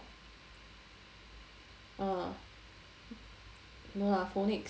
ah no lah phonics